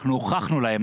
אנחנו הוכחנו להם